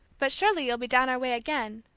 but surely you'll be down our way again?